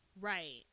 Right